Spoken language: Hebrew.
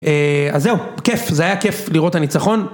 אז זהו, כיף, זה היה כיף לראות את הניצחון.